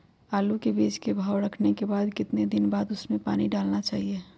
आलू के बीज के भाव करने के बाद कितने दिन बाद हमें उसने पानी डाला चाहिए?